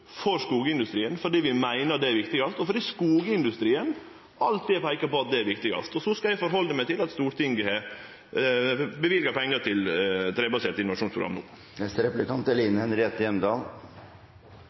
for skogindustrien, fordi vi meiner det er viktigast, og fordi skogindustrien alltid har peika på at det er viktigast. Så skal eg godta at Stortinget løyver pengar til trebasert innovasjonsprogram no. Bare en liten kommentar til foregående replikkordveksling: Jeg synes det er